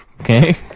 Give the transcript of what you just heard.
okay